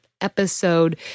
episode